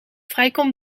vrijkomt